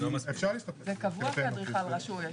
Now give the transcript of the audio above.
זה כבר קבוע כאדריכל רשוי.